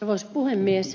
arvoisa puhemies